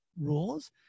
rules